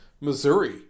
Missouri